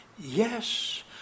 yes